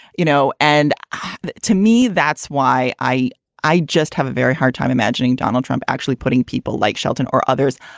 you know, and to me, that's why i i just have a very hard time imagining donald trump actually putting people like shelton or others,